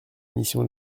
missions